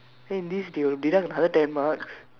then this dude deduct another ten marks